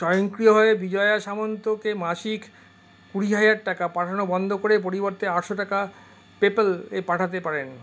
স্বয়ংক্রিয়ভাবে বিজয়া সামন্তকে মাসিক কুড়ি হাজার টাকা পাঠানো বন্ধ করে পরিবর্তে আটশো টাকা পেপ্যাল এ পাঠাতে পারেন